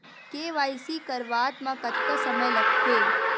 KYC करवात म कतका समय लगथे?